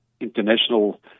international